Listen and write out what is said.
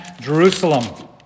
Jerusalem